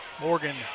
Morgan